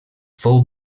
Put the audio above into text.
fou